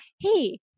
hey